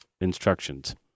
instructions